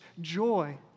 joy